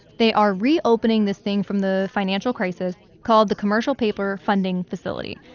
they are reopening this thing from the financial crisis called the commercial paper funding facility.